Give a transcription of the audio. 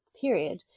period